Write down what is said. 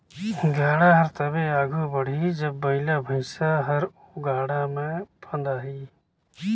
गाड़ा हर तबे आघु बढ़ही जब बइला भइसा हर ओ गाड़ा मे फदाही